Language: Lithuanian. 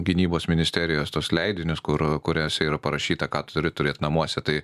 gynybos ministerijos tuos leidinius kur kuriuose yra parašyta ką turi turėt namuose tai